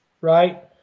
right